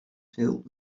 filled